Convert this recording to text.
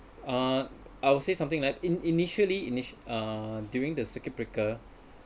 uh I will say something like in initially inish~ uh during the circuit breaker